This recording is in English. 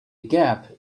gap